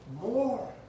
more